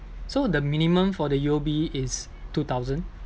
so the minimum for the U_O_B is two thousand